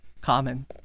Common